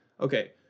okay